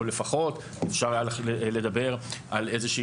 או לפחות אפשר היה לדבר על איזושהי